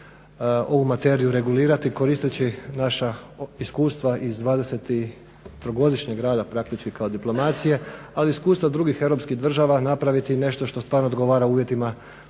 ovu materiju regulirati koristeći naša iskustva iz dvadeseterogodišnjeg rada praktički kao diplomacije, ali i iskustva drugih europskih država napraviti nešto što stvarno odgovara uvjetima